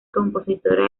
compositora